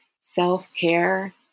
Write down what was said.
self-care